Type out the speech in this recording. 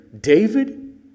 David